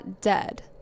dead